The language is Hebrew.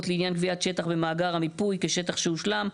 לעניין קביעת שטח ומאגר המיפוי כשטח שהושלם".